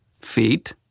feet